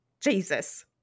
Jesus